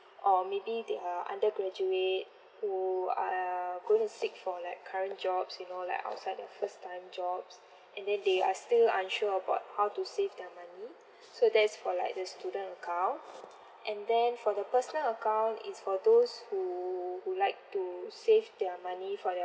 or maybe they are undergraduate who are going to seek for like current jobs you know like outside their first time jobs and then they are still unsure about how to save their money so that's for like the student account and then for the personal account is for those who who like to save their money for their